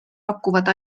pakuvad